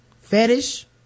Fetish